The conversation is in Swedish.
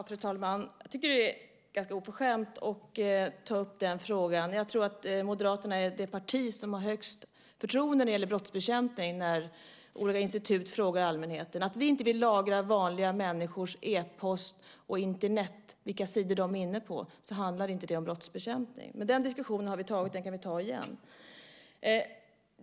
Fru talman! Jag tycker att det är ganska oförskämt att ta upp den frågan. Jag tror att Moderaterna är det parti som har störst förtroende när det gäller brottsbekämpning när olika institut frågar allmänheten. Att lagra vanliga människors e-post och uppgifter om vilka sidor på Internet de är inne på - vilket vi inte vill - handlar inte om brottsbekämpning. Den diskussionen har vi tagit, och den kan vi ta igen.